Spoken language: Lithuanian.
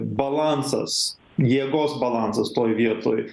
balansas jėgos balansas toj vietoj